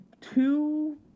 two